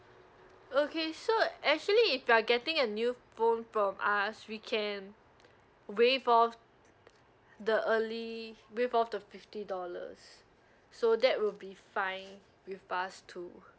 okay so actually if you are getting a new phone from us we can waive off the early waive off the fifty dollars so that will be fine with us too